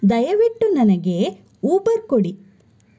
ದಯವಿಟ್ಟು ನನಗೆ ಊಬರ್ ಕೊಡಿ